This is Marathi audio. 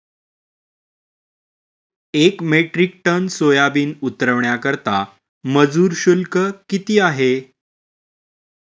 एक मेट्रिक टन सोयाबीन उतरवण्याकरता मजूर शुल्क किती आहे?